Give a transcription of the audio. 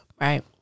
Right